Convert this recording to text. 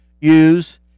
use